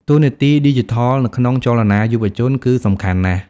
តួនាទីឌីជីថលនៅក្នុងចលនាយុវជនគឺសំខាន់ណាស់។